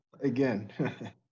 again